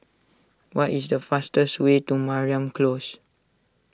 what is the fastest way to Mariam Close